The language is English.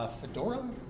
Fedora